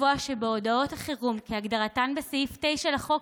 (נוסף על כך מוצע לקבוע שבהודעות החירום כהגדרתן בסעיף 9 לחוק,